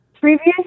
previous